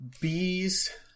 bees